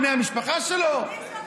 דנים כמה בני משפחה יש לו,